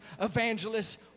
evangelists